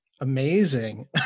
Amazing